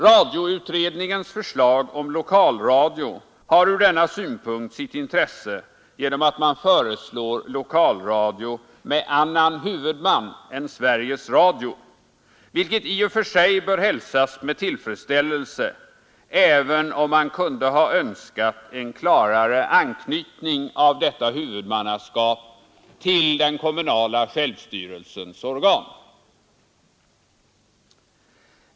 Radioutredningens förslag om lokalradio har från denna synpunkt sett sitt intresse genom att man föreslår lokalradio med annan huvudman än Sveriges Radio, vilket i och för sig bör hälsas med tillfredsställelse, även om man kunde ha önskat en klarare anknytning av detta huvudmannaskap till den kommunala självstyrelsens organ.